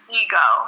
ego